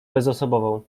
bezosobową